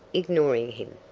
ignoring him.